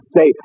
Say